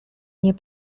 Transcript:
nie